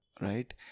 right